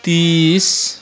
तिस